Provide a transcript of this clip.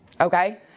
okay